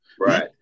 right